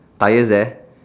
tyres there